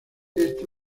esto